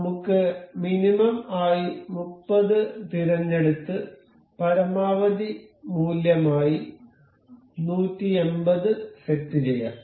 നമുക്ക് മിനിമം ആയി 30 തിരഞ്ഞെടുത്ത് പരമാവധി മൂല്യമായി 180 സെറ്റ് ചെയ്യാം